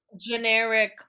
generic